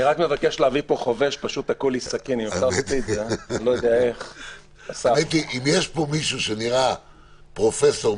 אם יש פה מישהו שנראה פרופסור,